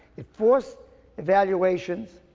it forced evaluations,